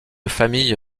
famille